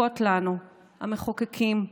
זקוקות לנו, המחוקקים,